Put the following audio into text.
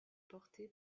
porté